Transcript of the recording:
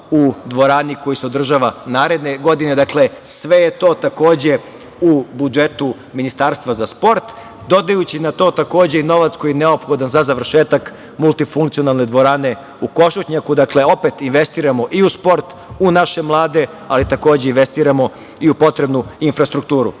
u dvorani koja se održava naredne godine. Dakle, sve je to, takođe u budžetu Ministarstva za sport. Dodajući na to, takođe i novac koji je neophodan za završetak multifunkcionalne dvorane na Košutnjaku. Dakle, opet investiramo i u sport, u naše mlade, ali takođe, investiramo i u potrebnu infrastrukturu. Narodni